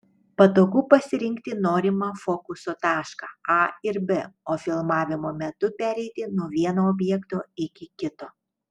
patogu pasirinkti norimą fokuso tašką a ir b o filmavimo metu pereiti nuo vieno objekto iki kito